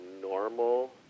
normal